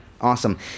awesome